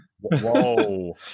Whoa